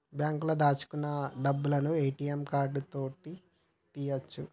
బాంకులో దాచుకున్న డబ్బులను ఏ.టి.యం కార్డు తోటి తీయ్యొచు